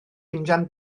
injan